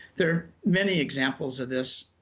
there are many examples of this.